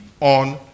on